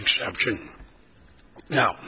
exception no